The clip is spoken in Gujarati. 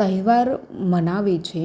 તહેવાર મનાવે છે